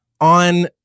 on